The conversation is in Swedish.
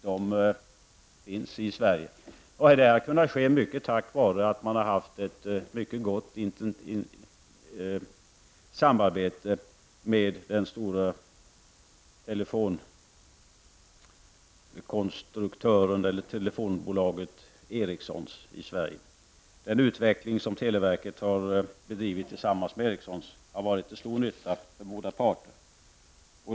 Detta har till stor del kunnat ske tack vare att man har haft ett gott samarbete med det stora telefonbolaget Ericsson i Sverige. Den utveckling som televerket har bedrivit tillsammans med Ericsson har varit till stor nytta för båda parter.